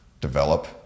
develop